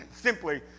Simply